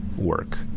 work